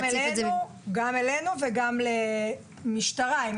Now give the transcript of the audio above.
גם אלינו וגם למשטרה.